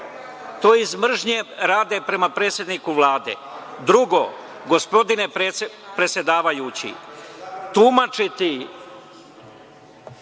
iz mržnje prema predsedniku Vlade. Drugo, gospodine predsedavajući, tumačiti